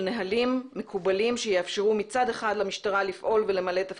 נוהלים מקובלים שיאפשרו מצד אחד למשטרה לפעול ולמלא את תפקידה,